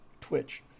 Twitch